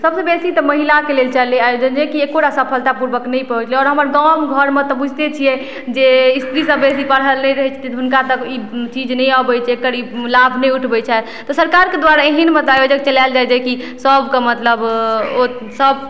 सभसँ बेसी तऽ महिलाके लेल चललै आयोजन जेकि एकोटा सफलतापूर्वक नहि चललै हमर गाम घरमे तऽ बुझिते छियै जे स्त्रीसभ बेसी पढ़ल नहि रहैत छथिन तऽ हुनका तक ई चीज नहि अबैत छै एकर ई लाभ नहि उठबैत छथि तऽ सरकारकेँ द्वारा एहन मतलब चलायल जाय जे कि सभकेँ मतलब ओसभ